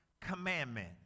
commandment